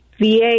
VA